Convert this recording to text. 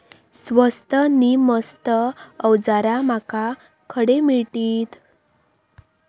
स्वस्त नी मस्त अवजारा माका खडे मिळतीत?